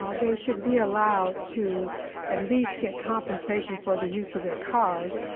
um they should be allowed to at least get compensation for the use of their cars.